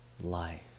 life